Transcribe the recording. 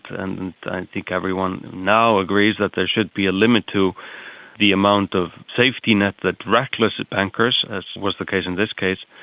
and i think everyone now agrees that there should be a limit to the amount of safety net that reckless bankers, as was the case in this case,